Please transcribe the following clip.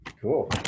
Cool